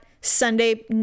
sunday